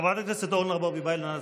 חברת הכנסת אורנה ברביבאי, נא לצאת.